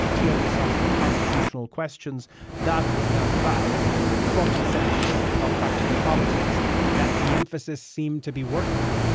deemphasizing constitutional questions that was now back front and center of practical politics that deemphasis seemed to be working.